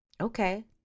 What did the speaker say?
okay